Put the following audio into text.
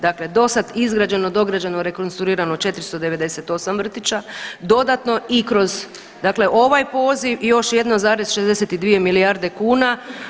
Dakle, do sad izgrađeno, dograđeno, rekonstruirano 498 vrtića dodatno i kroz, dakle i ovaj poziv i još 1,62 milijarde kuna.